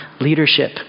leadership